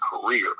career